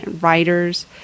writers